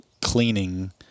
cleaning